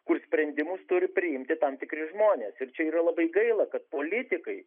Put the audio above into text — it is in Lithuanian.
kur sprendimus turi priimti tam tikri žmonės ir čia yra labai gaila kad politikai